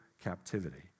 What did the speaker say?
captivity